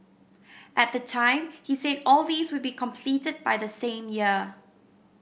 at the time he said all these would be completed by the same year